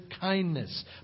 kindness